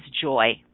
joy